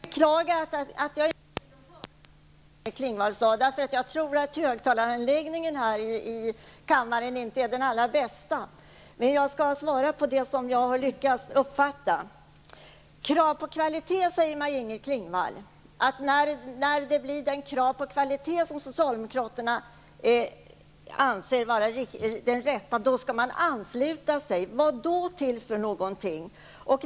Herr talman! Först måste jag säga att jag beklagar att jag inte kunde höra allt Maj-Inter Klingvall sade. Jag tror att högtalaranläggningen i kammaren inte är den allra bästa. Men jag skall svara på det jag har lyckats uppfatta. När det blir den kvalitet som socialdemokraterna ställer krav på skall de ansluta sig, säger Maj-Inger Klingvall. Vad då till för någonting?